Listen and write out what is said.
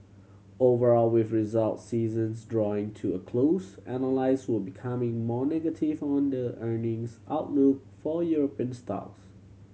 overall with result seasons drawing to a close analysts were becoming more negative on the earnings outlook for European stocks